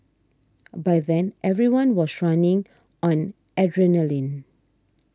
by then everyone was running on adrenaline